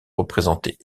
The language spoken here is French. représentée